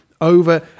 over